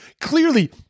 clearly